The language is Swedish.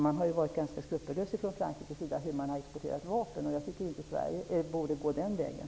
Man har från Frankrikes sida varit ganska skrupellös när man har exporterat vapen. Jag tycker inte att Sverige bör gå den vägen.